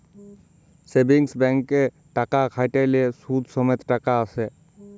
savings ব্যাংকে টাকা খ্যাট্যাইলে সুদ সমেত টাকা আইসে